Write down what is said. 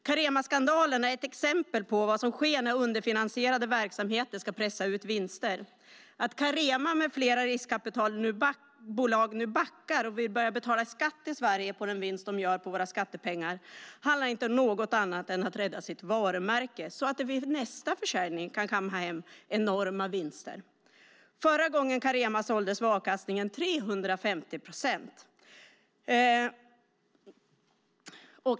Caremaskandalen är ett exempel på vad som sker när underfinansierade verksamheter ska pressa ut vinster. Att Carema med flera riskkapitalbolag nu backar och vill börja betala skatt i Sverige på den vinst de gör på våra skattepengar handlar inte om något annat än att de vill rädda sitt varumärke så att de vid nästa försäljning kan kamma hem enorma vinster. Förra gången Carema såldes var avkastningen 350 procent.